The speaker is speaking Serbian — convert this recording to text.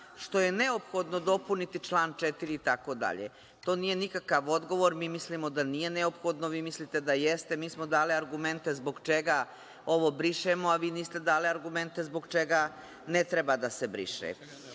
što je neophodno dopuniti član 4. itd. To nije nikakav odgovor, mi mislimo da nije neophodno, vi mislite da jeste. Mi smo dali argumente zbog čega ovo brišemo, a vi niste dali argumente zbog čega ne treba da se briše. Nekada